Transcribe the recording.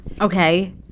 Okay